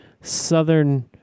southern